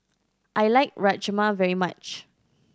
I like Rajma very much